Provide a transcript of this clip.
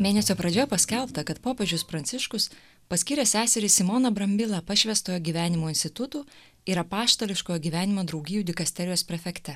mėnesio pradžioje paskelbta kad popiežius pranciškus paskyrė seserį simoną brambilą pašvęstojo gyvenimo institutų ir apaštališkojo gyvenimo draugijų dikasterijos prefekte